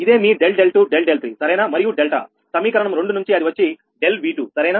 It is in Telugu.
ఇదే మీ ∆𝛿2∆𝛿3 సరేనా మరియు డెల్టా సమీకరణం రెండు నుంచి అది వచ్చి ∆𝑉2 సరేనా